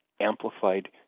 amplified